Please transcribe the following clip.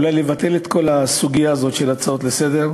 אולי לבטל את כל הסוגיה הזאת של הצעות לסדר-היום,